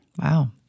Wow